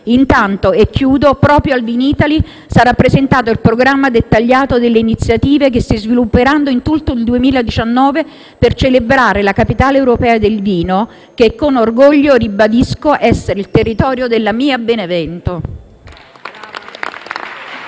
Intanto, e chiudo, proprio al Vinitaly sarà presentato il programma dettagliato delle iniziative che si svilupperanno in tutto il 2019 per celebrare la capitale europea del vino che, con orgoglio, ribadisco essere il territorio della mia Benevento.